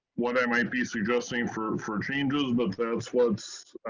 what i might be suggesting for for changes, but that's what,